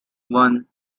one